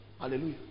Hallelujah